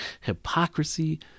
hypocrisy